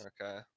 Okay